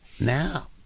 Now